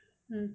mm